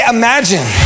imagine